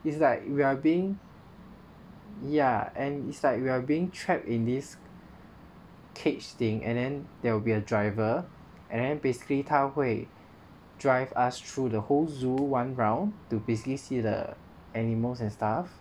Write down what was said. it's like we're being ya and it's like we're being trapped in this cage thing and then there will be a driver and then basically 他会 drive us through the whole zoo one round to basically see the animals and stuff